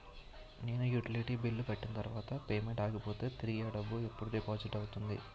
నేను utility bill కట్టిన తర్వాత పేమెంట్ ఆగిపోతే తిరిగి అ డబ్బు ఎప్పుడు డిపాజిట్ అవుతుంది?